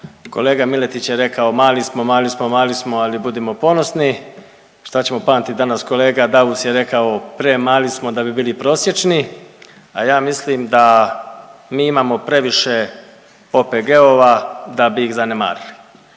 Kolega Miletić je rekao mali smo, mali smo, mali smo, ali budimo ponosni šta ćemo pamtit, danas kolega Daus je rekao premali smo da bi bili prosječni, a ja mislim da mi imao previše OPG-ova da bi ih zanemarili.